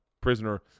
prisoner